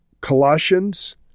Colossians